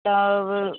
तब